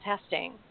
testing